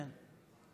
כן.